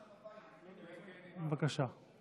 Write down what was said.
בבקשה.